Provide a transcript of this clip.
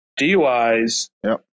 DUIs